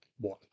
one